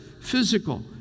physical